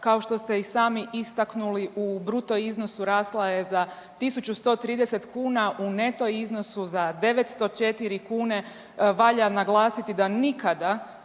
kao što ste i sami istaknuli u bruto iznosu rasla je za 1.130 kuna u neto iznosu za 904 kune, valja naglasiti da nikada